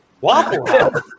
Waffle